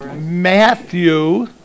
Matthew